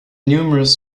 numerous